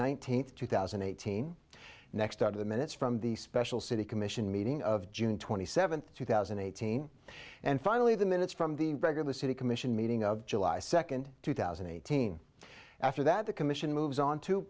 nineteenth two thousand and eighteen next out of the minutes from the special city commission meeting of june twenty seventh two thousand and eighteen and finally the minutes from the regular city commission meeting of july second two thousand and eighteen after that the commission moves on to